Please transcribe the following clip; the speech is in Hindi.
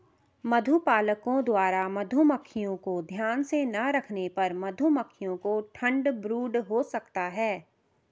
मधुपालकों द्वारा मधुमक्खियों को ध्यान से ना रखने पर मधुमक्खियों को ठंड ब्रूड हो सकता है